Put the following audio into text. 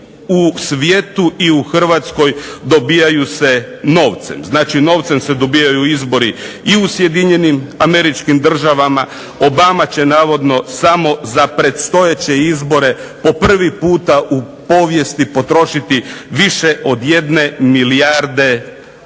u svijetu i u Hrvatskoj dobivaju se novcem. Znači, novcem se dobivaju izbori i u SAD-u, Obama će navodno samo za predstojeće izbore po prvi puta u povijesti potrošiti više od 1 milijarde